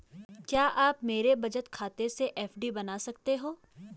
क्या आप मेरे बचत खाते से एफ.डी बना सकते हो?